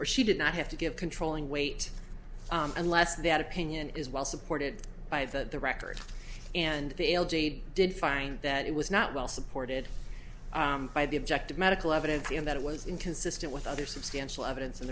or she did not have to give controlling weight unless that opinion is well supported by the record and the ale jade did find that it was not well supported by the objective medical evidence and that it was inconsistent with other substantial evidence